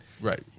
Right